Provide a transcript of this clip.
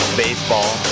baseball